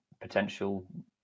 potential